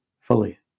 fully